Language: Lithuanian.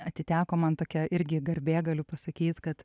atiteko man tokia irgi garbė galiu pasakyt kad